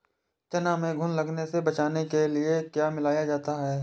चना में घुन लगने से बचाने के लिए क्या मिलाया जाता है?